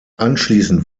anschließend